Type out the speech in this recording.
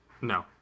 No